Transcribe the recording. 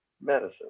medicine